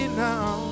now